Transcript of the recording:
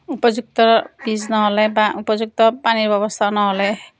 উপযুক্ত বীজ নহ'লে বা উপযুক্ত পানীৰ ব্যৱস্থা নহ'লে